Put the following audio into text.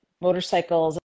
motorcycles